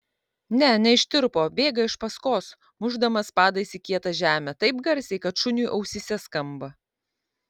ne neištirpo bėga iš paskos mušdamas padais į kietą žemę taip garsiai kad šuniui ausyse skamba